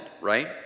right